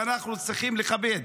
ואנחנו צריכים לכבד.